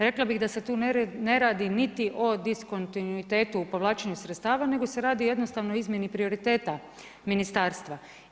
Rekla bih da se tu ne radi niti o diskontinuitetu i povlačenju sredstava, nego se radi jednostavno o izmjeni prioriteta ministarstva.